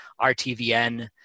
RTVN